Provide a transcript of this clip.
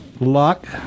luck